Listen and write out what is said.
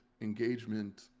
engagement